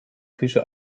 küche